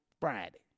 Friday